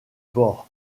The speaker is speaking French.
port